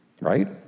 right